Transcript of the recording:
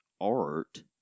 art